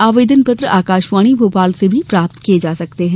आवेदन पत्र आकाशवाणी भोपाल से भी प्राप्त किये जा सकते हैं